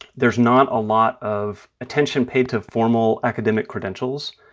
there's not a lot of attention paid to formal academic credentials.